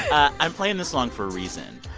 i'm playing this song for a reason.